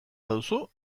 baduzu